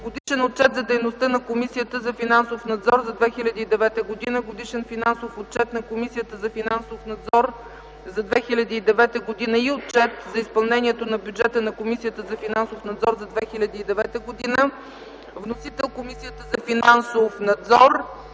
Годишен отчет за дейността на Комисията за финансов надзор за 2009 г., Годишен финансов отчет на Комисията за финансов надзор за 2009 г. и Отчет за изпълнението на бюджета на Комисията за финансов надзор за 2009 г. Вносител – Комисията за финансов надзор.